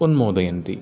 उन्मोदयन्ति